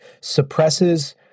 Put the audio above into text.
suppresses